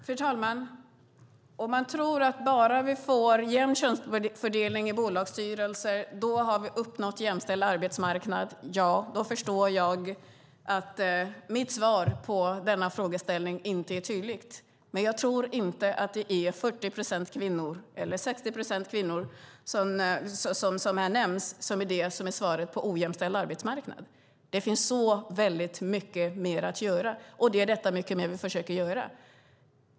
Fru talman! Om man tror att bara vi får jämn könsfördelning i bolagsstyrelser har vi uppnått en jämställd arbetsmarknad förstår jag att mitt svar på denna frågeställning inte är tydligt. Men jag tror inte att det är de 40 procent eller 60 procent kvinnor som här har nämnts som är lösningen på problemet med en ojämställd arbetsmarknad. Det finns så väldigt mycket mer att göra, och vi försöker göra det.